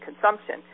consumption